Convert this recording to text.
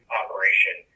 operation